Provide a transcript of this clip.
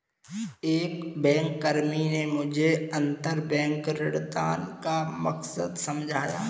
एक बैंककर्मी ने मुझे अंतरबैंक ऋणदान का मकसद समझाया